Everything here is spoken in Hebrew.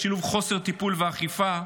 בשילוב חוסר טיפול ואכיפה,